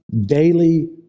Daily